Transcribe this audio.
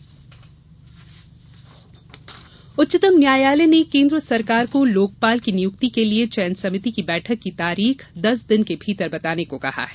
लोकपाल उच्चतम न्यायालय ने केन्द्र सरकार को लोकपाल की नियुक्ति के लिए चयन समिति की बैठक की तारीख दस दिन के भीतर बताने को कहा है